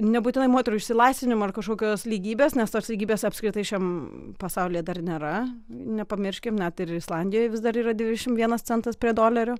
nebūtinai moterų išsilaisvinimo ar kažkokios lygybės nes tos lygybės apskritai šiam pasaulyje dar nėra nepamirškim net ir islandijoj vis dar yra dvidešim vienas centas prie dolerio